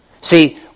See